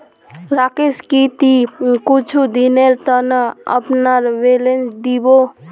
राकेश की ती कुछू दिनेर त न अपनार बेलर दी बो